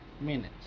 minutes